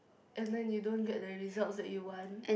and then you don't get the results that you want